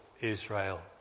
Israel